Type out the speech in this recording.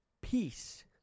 peace